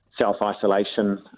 self-isolation